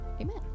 Amen